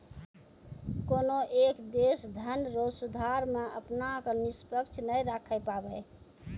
कोनय एक देश धनरो सुधार मे अपना क निष्पक्ष नाय राखै पाबै